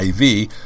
IV